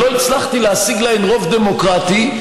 שלא הצלחתי להשיג להן רוב דמוקרטי,